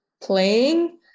playing